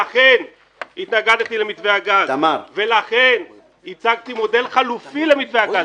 לכן התנגדתי למתווה הגז ולכן הצגתי מודל חלופי למתווה הגז.